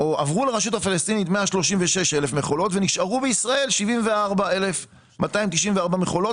עברו לרשות הפלסטינית 136,000 מכולות ונשארו בישראל 74,294 מכולות.